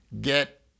get